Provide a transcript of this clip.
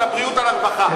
על הבריאות ועל הרווחה.